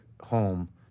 home